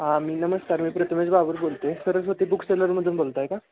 हां मी नमस्कार मी प्रतमेश बाबर बोलतो आहे सरस्वती बुक सेलरमधून बोलताय का